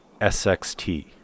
SXT